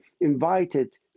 invited